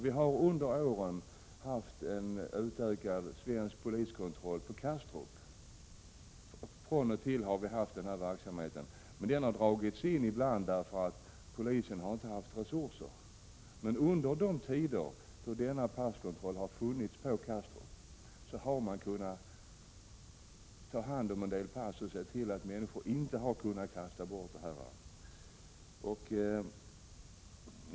Vi har under årens lopp från och till haft utökad svensk passkontroll på Kastrup. Den verksamheten har dragits in ibland därför att polisen inte har haft resurser. Men under de tider då denna passkontroll har funnits på Kastrup har man tagit hand om en del pass och sett till att människor inte har kunnat kasta bort dem.